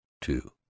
two